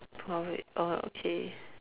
porridge oh okay